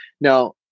Now